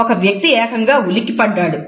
ఒక వ్యక్తి ఏకంగా ఉలిక్కిపడ్డాడు